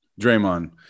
Draymond